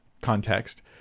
context